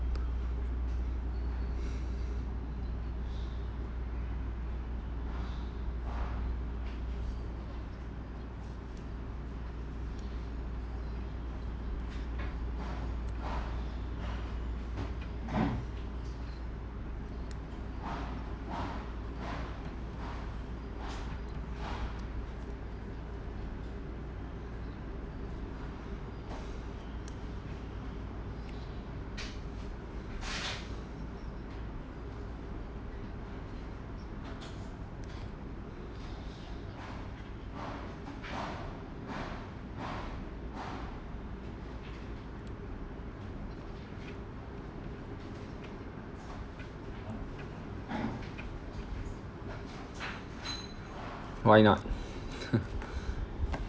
why not